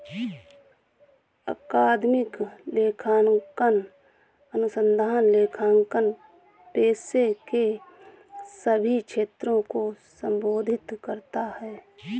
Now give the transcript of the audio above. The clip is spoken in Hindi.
अकादमिक लेखांकन अनुसंधान लेखांकन पेशे के सभी क्षेत्रों को संबोधित करता है